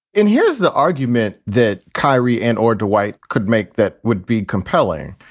and here's the argument that kyrie and or dwight could make that would be compelling.